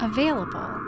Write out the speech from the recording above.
Available